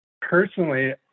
Personally